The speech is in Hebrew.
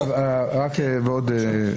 רק עוד דבר